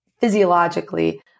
physiologically